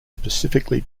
specifically